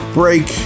break